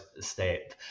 step